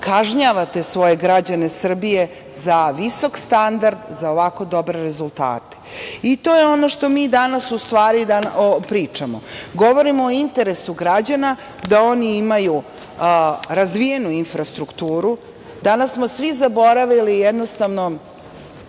kažnjavate svoje građane Srbije za visok standard, za ovako dobre rezultate i to je ono što mi danas u stvari pričamo. Govorimo o interesu građana, da oni imaju razvijenu infrastrukturu. Danas smo svi zaboravili, jednostavno,